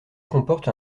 comporte